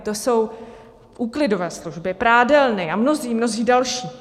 To jsou úklidové služby, prádelny a mnozí, mnozí další.